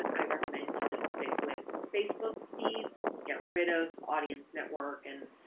i recommend you just stick with facebook feeds, get rid of audience network, and